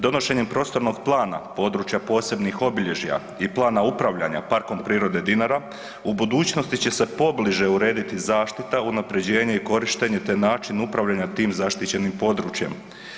Donošenjem prostornog plana područja posebnih obilježja i plana upravljanja Parkom prirode Dinara u budućnosti će se pobliže urediti zaštita, unaprjeđenje i korištenje, te način upravljanja tim zaštićenim područjima.